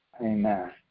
Amen